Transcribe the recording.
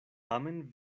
tamen